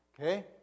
Okay